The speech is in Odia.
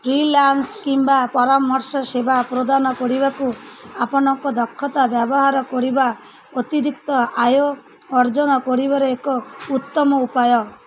ଫ୍ରିଲାନ୍ସ କିମ୍ବା ପରାମର୍ଶ ସେବା ପ୍ରଦାନ କରିବାକୁ ଆପଣଙ୍କ ଦକ୍ଷତା ବ୍ୟବହାର କରିବା ଅତିରିକ୍ତ ଆୟ ଅର୍ଜନ କରିବାର ଏକ ଉତ୍ତମ ଉପାୟ